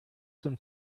some